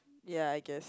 ya I guess